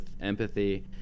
empathy